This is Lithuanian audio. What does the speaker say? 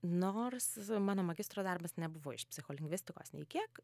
nors mano magistro darbas nebuvo iš psicholingvistikos nei kiek